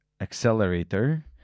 accelerator